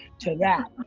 to that,